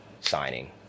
signing